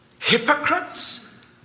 hypocrites